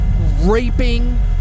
raping